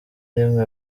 rimwe